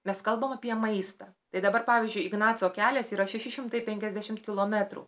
mes kalbam apie maistą tai dabar pavyzdžiui ignaco kelias yra šrši šimtai penkiasdešimt kilometrų